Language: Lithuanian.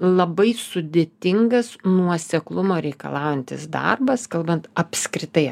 labai sudėtingas nuoseklumo reikalaujantis darbas kalbant apskritai